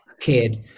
kid